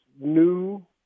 new